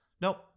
nope